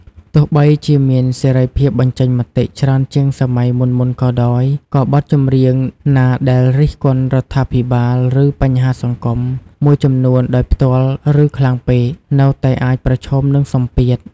ទោះបីជាមានសេរីភាពបញ្ចេញមតិច្រើនជាងសម័យមុនៗក៏ដោយ ក៏បទចម្រៀងណាដែល រិះគន់រដ្ឋាភិបាល ឬបញ្ហាសង្គម មួយចំនួនដោយផ្ទាល់ ឬខ្លាំងពេក នៅតែអាចប្រឈមនឹងសម្ពាធ។